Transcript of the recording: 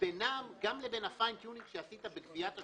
גם על פי הכוונון העדין שעשית בגביית השוטף,